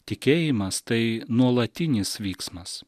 tikėjimas tai nuolatinis vyksmas